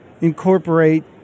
incorporate